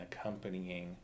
accompanying